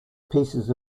pieces